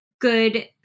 good